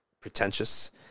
Pretentious